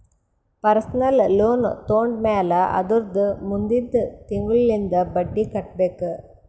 personal loan ತೊಂಡಮ್ಯಾಲ್ ಅದುರ್ದ ಮುಂದಿಂದ್ ತಿಂಗುಳ್ಲಿಂದ್ ಬಡ್ಡಿ ಕಟ್ಬೇಕ್